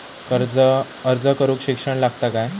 अर्ज करूक शिक्षण लागता काय?